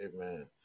Amen